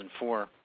2004